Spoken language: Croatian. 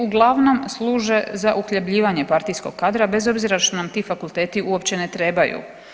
Uglavnom služe za uhljebljivanje partijskog kadra bez obzira što nam ti fakulteti uopće ne trebaju.